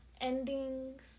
endings